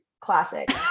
classic